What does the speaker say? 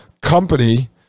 company